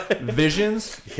Visions